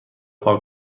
پاک